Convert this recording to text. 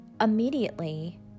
immediately